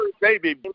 baby